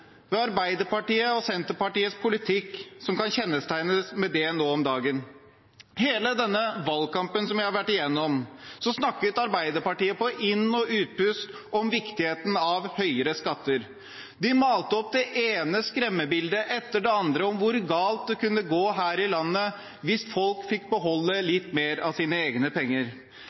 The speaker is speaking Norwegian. ved Arbeiderpartiets og Senterpartiets politikk som kan kjennetegnes ved det nå om dagen. I hele denne valgkampen som vi har vært igjennom, snakket Arbeiderpartiet på inn- og utpust om viktigheten av høyere skatter. De malte opp det ene skremmebildet etter det andre om hvor galt det kunne gå her i landet hvis folk fikk beholde litt mer av sine egne penger.